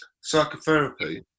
psychotherapy